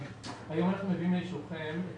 היום אנחנו מביאים לאישורכם את